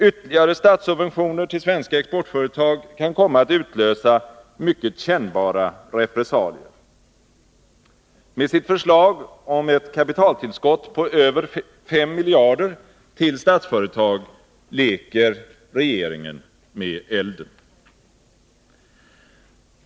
Ytterligare statssubventioner till svenska exportföretag kan komma att utlösa mycket kännbara repressalier. Med sitt förslag om ett kapitaltillskott på över 5 miljarder till Statsföretag leker regeringen med elden.